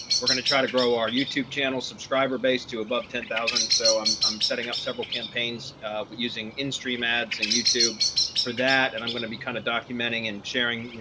we're going to try to grow our youtube channel subscriber base to above ten thousand. so um i'm setting up several campaigns using in stream ads and youtube for that, and i'm going to be kind of documenting and sharing, you